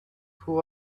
pull